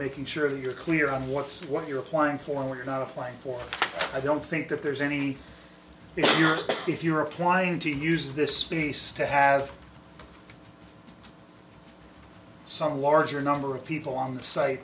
making sure that you're clear on what's what you're applying for and we're not applying for i don't think that there's any you're if you're applying to use this piece to have some larger number of people on the site